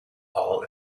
all